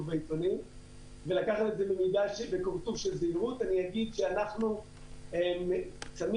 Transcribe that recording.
בעיתונים ולקחת את זה במידה --- אני אגיד שאנחנו שמים